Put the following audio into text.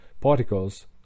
particles